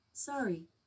Sorry